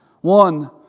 One